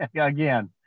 again